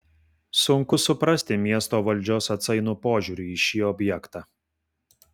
sunku suprasti miesto valdžios atsainų požiūrį į šį objektą